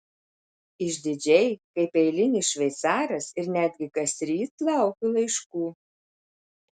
išdidžiai kaip eilinis šveicaras ir netgi kasryt laukiu laiškų